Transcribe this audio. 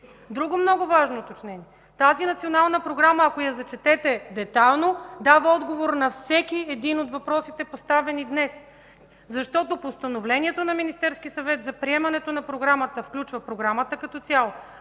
Друго много важно уточнение. Тази Национална програма, ако я зачетете детайлно, дава отговор на всеки един от въпросите, поставени днес. Постановлението на Министерския съвет за приемането на Програмата включва Програмата като цяло